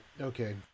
okay